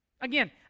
Again